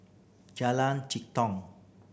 Jalan Jitong